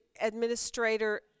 administrator